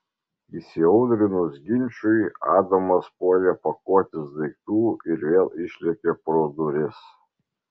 įsiaudrinus ginčui adamas puolė pakuotis daiktų ir vėl išlėkė pro duris